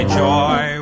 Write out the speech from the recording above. joy